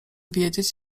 wiedzieć